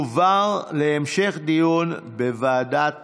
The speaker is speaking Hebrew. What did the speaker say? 2022, לוועדת